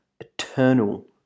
eternal